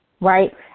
Right